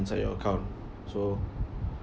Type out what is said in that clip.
inside your account so